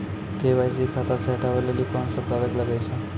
KYC खाता से हटाबै लेली कोंन सब कागज लगे छै?